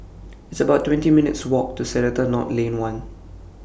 It's about twenty minutes' Walk to Seletar North Lane one